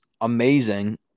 amazing